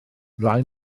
rai